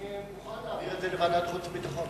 אני מוכן להעביר את זה לוועדת החוץ והביטחון.